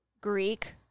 Greek